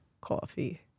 coffee